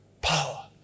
power